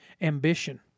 Ambition